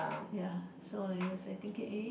ya so I was like thinking eh